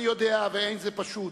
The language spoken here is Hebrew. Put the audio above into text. אני יודע, ואין זה פשוט,